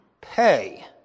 Pay